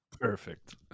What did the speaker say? Perfect